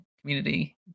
community